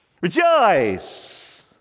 Rejoice